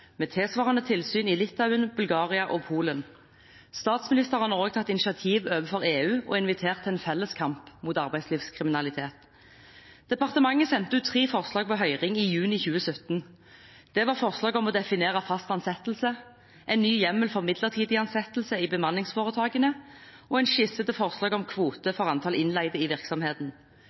med tilsvarende tilsyn i Litauen, Bulgaria og Polen. Statsministeren har også tatt initiativ overfor EU og invitert til en felles kamp mot arbeidslivskriminalitet. Departementet sendte ut tre forslag på høring i juni 2017. Det var forslag om å definere fast ansettelse, en ny hjemmel for midlertidig ansettelse i bemanningsforetakene og en skisse til forslag om kvote for antall innleide i virksomheten.